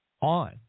on